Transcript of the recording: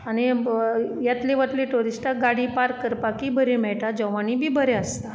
आनी ब येतली वतली टुरिस्टाक गाडी पार्क करपाकय बरी मेळटा जेवणीय बी बरें आसता